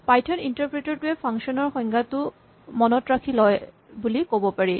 Python interpreter টোৱে function ৰ সংজ্ঞাটো মনত ৰাখি লয় বুলি ক'ব পাৰি